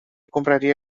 compraria